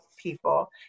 people